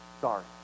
Sorry